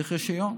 צריך רישיון.